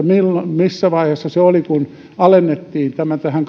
missä vaiheessa se oli kun alennettiin tämä vaatimus tähän